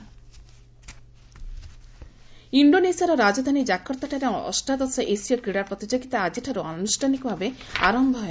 Asian Games ଇଣ୍ଡୋନେସିଆର ରାଜଧାନୀ ଜାକର୍ତ୍ତାଠାରେ ଅଷ୍ଟାଦଶ ଏସୀୟ କ୍ରୀଡ଼ା ପ୍ରତିଯୋଗିତା ଆଜିଠାରୁ ଆନୁଷ୍ଠାନିକ ଭାବେ ଆରମ୍ଭ ହେବ